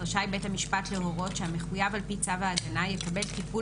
רשאי בית המשפט להורות שהמחויב על פי צו ההגנה יקבל טיפול